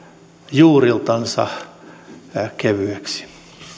juuriltansa kevyeksi